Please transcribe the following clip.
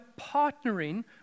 partnering